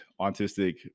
autistic